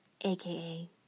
aka